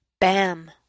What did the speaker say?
Bam